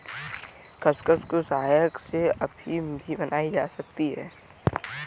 खसखस की सहायता से अफीम भी बनाई जा सकती है